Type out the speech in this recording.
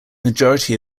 majority